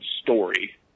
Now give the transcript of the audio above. story